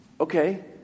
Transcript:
Okay